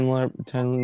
ten